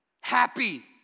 Happy